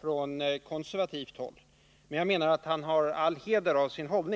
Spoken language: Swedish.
från konservativt håll, men jag anser att han har all heder av sin hållning.